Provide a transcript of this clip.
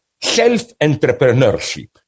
self-entrepreneurship